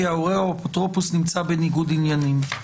ההורה או האפוטרופוס נמצא בניגוד עניינים".